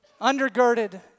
undergirded